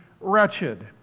wretched